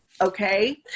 okay